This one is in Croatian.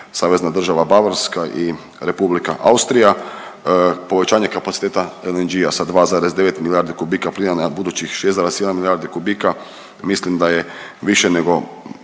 savezna država Bavarska i Republika Austrija. Povećanje kapaciteta LNG-a sa 2,9 milijardi kubika plina na budućih 6,1 milijardi kubika mislim da je više nego